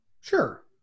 Sure